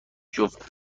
جفت